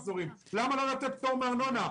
למה לא לתת פטור מארנונה?